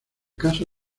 caso